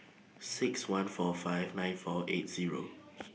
six one four five nine four eight Zero